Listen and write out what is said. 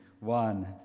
one